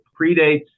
predates